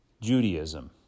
Judaism